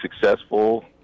successful –